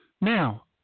Now